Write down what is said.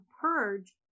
purge